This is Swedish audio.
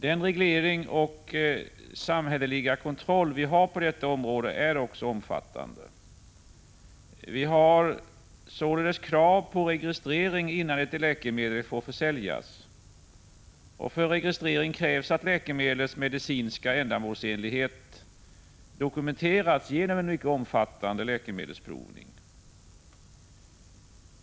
Den reglering och samhälleliga kontroll vi har på detta område är omfattande. Vi har således krav på registrering innan ett läkemedel får försäljas, och för registrering krävs att läkemedlets medicinska ändamålsenlighet dokumenterats genom en mycket omfattande läkemedelsprovning.